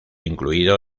incluido